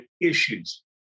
issues